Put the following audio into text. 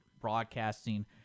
broadcasting